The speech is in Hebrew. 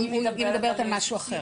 היא מדברת על משהו אחר.